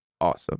awesome